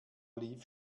lief